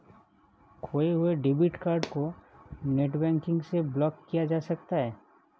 खोये हुए debit card को नेटबैंकिंग से ब्लॉक किया जा सकता है